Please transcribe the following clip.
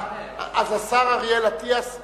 אז השר אריאל אטיאס ישיב,